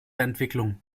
entwicklung